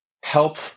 help